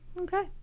Okay